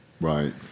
Right